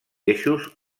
eixos